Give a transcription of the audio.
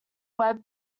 web